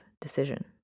decision